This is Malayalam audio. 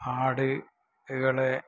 ആടുകളെ